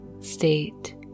state